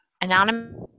anonymous